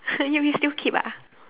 !huh! you will still keep ah